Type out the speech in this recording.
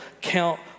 count